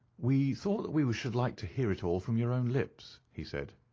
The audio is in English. we thought that we we should like to hear it all from your own lips, he said.